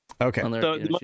Okay